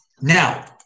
Now